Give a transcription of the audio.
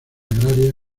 agraria